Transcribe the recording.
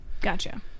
Gotcha